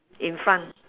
in front